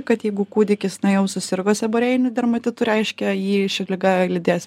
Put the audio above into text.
kad jeigu kūdikis na jau susirgo seborėjiniu dermatitu reiškia jį ši liga lydės